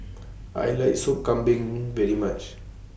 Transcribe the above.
I like Sop Kambing very much